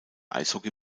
eishockey